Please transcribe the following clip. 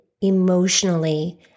emotionally